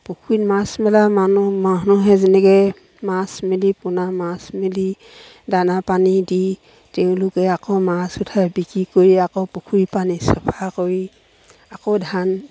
পুখুৰীত মাছ মেলা মানুহ মানুহে যেনেকৈ মাছ মেলি পোনা মাছ মেলি দানা পানী দি তেওঁলোকে আকৌ মাছ উঠাই বিক্ৰী কৰি আকৌ পুখুৰী পানী চফা কৰি আকৌ ধান